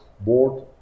board